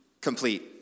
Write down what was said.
complete